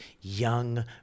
young